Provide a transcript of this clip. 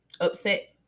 upset